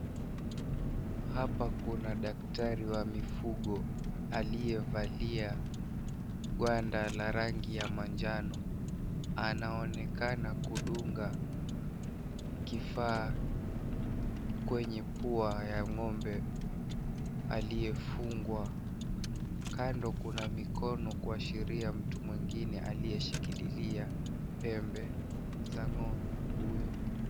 Hapa kuna daktari wa mifugo aliyevalia gwanda la rangi ya manjano anaonekana kudunga kifaa kwenye pua ya ng'ombe aliyefugwa. Kando Kuna mikono kuashiria mtu mwingine aliyeshikililia pembe za ng'ombe huyo.